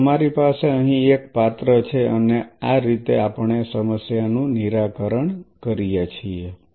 તેથી તમારી પાસે અહીં એક પાત્ર છે અને આ રીતે આપણે સમસ્યા નું નિરાકરણ કરીએ છીએ